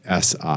SI